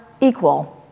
equal